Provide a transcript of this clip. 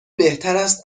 بهتراست